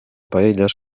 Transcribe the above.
paelles